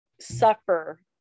suffer